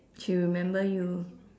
she remember you